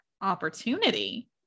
opportunity